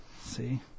See